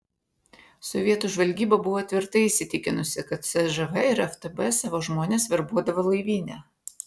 sovietų žvalgyba buvo tvirtai įsitikinusi kad cžv ir ftb savo žmones verbuodavo laivyne